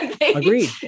agreed